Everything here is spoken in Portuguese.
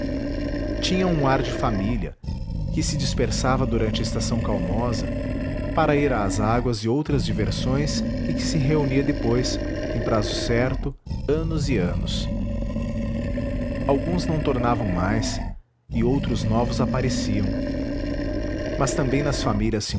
tinham um ar de família que se dispersava durante a estação calmosa